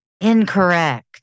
incorrect